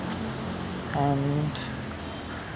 and